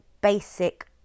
basic